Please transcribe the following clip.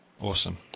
Awesome